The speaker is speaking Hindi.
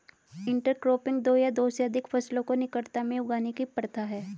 इंटरक्रॉपिंग दो या दो से अधिक फसलों को निकटता में उगाने की प्रथा है